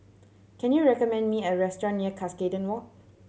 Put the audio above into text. can you recommend me a restaurant near Cuscaden Walk